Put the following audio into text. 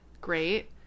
Great